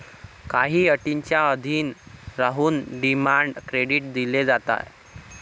काही अटींच्या अधीन राहून डिमांड क्रेडिट दिले जाते